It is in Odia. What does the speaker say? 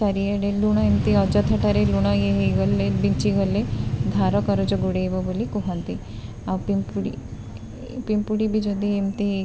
ଚାରିଆଡ଼େ ଲୁଣ ଏମିତି ଅଯଥାଟାରେ ଲୁଣ ଇଏ ହେଇଗଲେ ବିଞ୍ଚିଗଲେ ଧାର କରଜ ଗୁଡ଼େଇବ ବୋଲି କୁହନ୍ତି ଆଉ ପିମ୍ପୁଡ଼ି ପିମ୍ପୁଡ଼ି ବି ଯଦି ଏମିତି